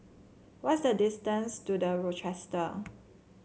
what is the distance to The Rochester